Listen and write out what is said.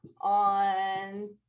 on